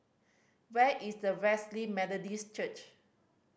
where is the Wesley Methodist Church